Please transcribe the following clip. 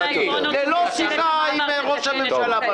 -- בשם העקרונות ----- ללא שיחה עם ראש הממשלה.